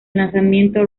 lanzamiento